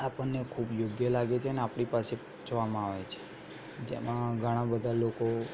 આપણને ખૂબ યોગ્ય લાગે છે ને આપણી પાસે વેચવામાં આવે છે જેમાં ઘણા બધા લોકો